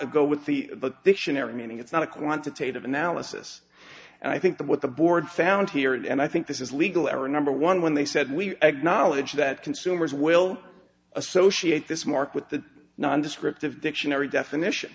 a go with the dictionary meaning it's not a quantitative analysis and i think that what the board found here and i think this is legal are number one when they said we acknowledge that consumers will associate this mark with the non descriptive dictionary definition